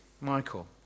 Michael